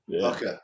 Okay